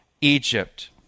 Egypt